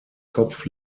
kopf